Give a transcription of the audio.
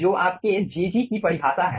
जो आपके jg की परिभाषा है